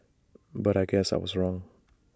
but I guess I was wrong